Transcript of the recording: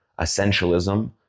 essentialism